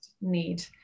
need